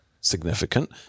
significant